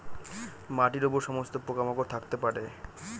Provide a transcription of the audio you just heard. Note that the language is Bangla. মাটির উপর সমস্ত পোকা মাকড় থাকতে পারে